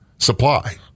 Supply